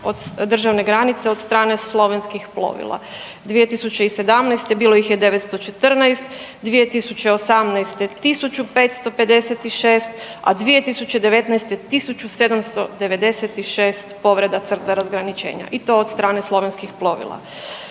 od strane slovenskih plovila. 2017. bilo ih 914, 2018. 1556, a 2019. 1796 povreda crta razgraničenja i to od strane slovenskih plovila.